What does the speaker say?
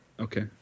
Okay